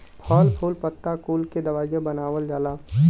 फल फूल पत्ता कुल के दवाई बनावल जाला